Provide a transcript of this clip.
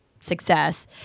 success